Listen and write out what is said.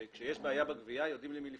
שכאשר יש בעיה בגבייה יודעים אל מי לפנות.